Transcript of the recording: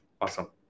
awesome